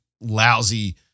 lousy